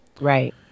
Right